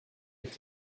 avec